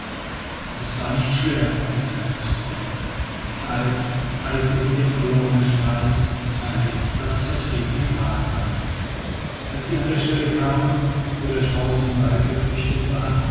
es war nicht schwer der fährte zu folgen teils zeigte sie der verlorene schweiß teils das zertretene gras an als sie an die stelle kamen wo der strauß in den wald geflüchtet war